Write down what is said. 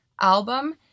album